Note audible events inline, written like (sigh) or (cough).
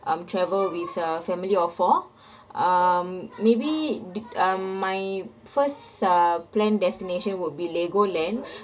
um travel with a family of four (breath) um maybe d~ um my first uh plan destination would be legoland (breath)